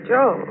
Joe